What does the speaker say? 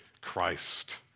Christ